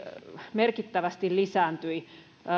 merkittävästi lisääntyi